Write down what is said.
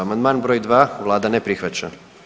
Amandman br. 2, vlada ne prihvaća.